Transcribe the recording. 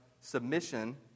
submission